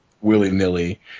willy-nilly